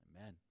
Amen